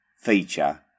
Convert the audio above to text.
feature